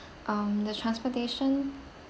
um the transportation